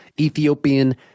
Ethiopian